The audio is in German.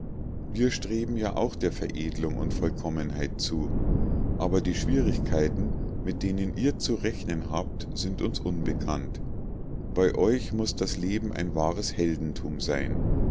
wir streben ja auch der veredlung und vollkommenheit zu aber die schwierigkeiten mit denen ihr zu rechnen habt sind uns unbekannt bei euch muß das leben ein wahres heldentum sein